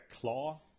claw